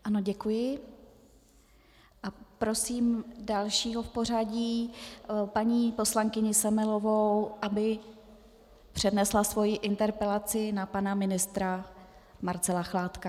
Ano děkuji a prosím dalšího v pořadí, paní poslankyni Semelovou, aby přednesla svoji interpelaci na pana ministra Marcela Chládka.